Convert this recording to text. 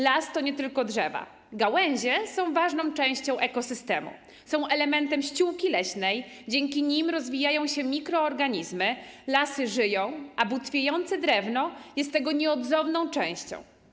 Las to nie tylko drzewa, gałęzie są ważną częścią ekosystemu, są elementem ściółki leśnej, dzięki nim rozwijają się mikroorganizmy, lasy żyją, a butwiejące drewno jest tego nieodzowną częścią.